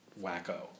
wacko